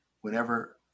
Whenever